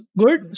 good